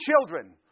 children